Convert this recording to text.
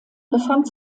befand